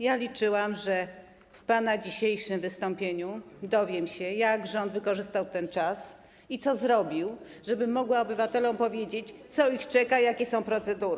Ja liczyłam, że z pana dzisiejszego wystąpienia dowiem się, jak rząd wykorzystał ten czas i co zrobił, żebym mogła obywatelom powiedzieć, co ich czeka, jakie są procedury.